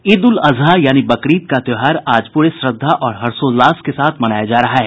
ईद उल अजहा यानि बकरीद का त्योहार आज पूरे श्रद्धा और हर्षोल्लास के साथ मनाया जा रहा है